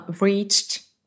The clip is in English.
reached